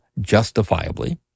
justifiably